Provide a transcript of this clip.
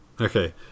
Okay